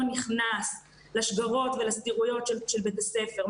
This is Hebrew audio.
נכנס לשגרות ולסדירויות של בית הספר,